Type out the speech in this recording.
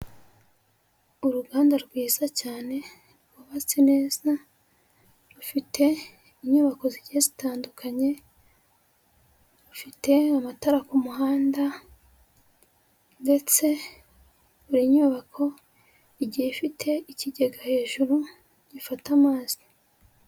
Uruganda rwiza cyane rwubatse neza, rufite inyubako zigiye zitandukanye, rufite amatara kumuhanda, ndetse buri nyubako igiye ifite ikigega hejuru gifata amazi.